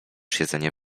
siedzenie